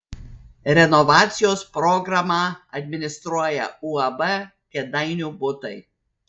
renovacijos programą administruoja uab kėdainių butai